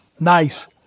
Nice